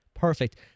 Perfect